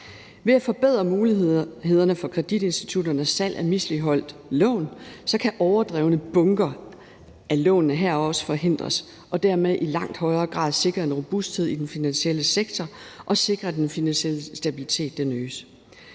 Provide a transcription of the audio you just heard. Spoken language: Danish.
Ved at forbedre mulighederne for kreditinstitutternes salg af misligholdte lån kan overdrevne bunker af lån her også forhindres og dermed i langt højere grad sikre en robusthed i den finansielle sektor og sikre, at den finansielle stabilitet øges,